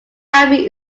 abbey